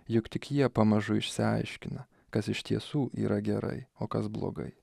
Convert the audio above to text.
juk tik jie pamažu išsiaiškina kas iš tiesų yra gerai o kas blogai